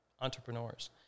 entrepreneurs